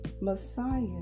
Messiah